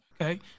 Okay